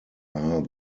are